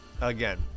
again